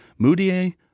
Moudier